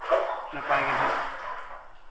ᱱᱟᱯᱟᱭ ᱜᱮ ᱱᱟᱦᱟᱜ